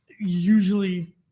usually